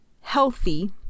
healthy